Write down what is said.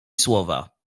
słowa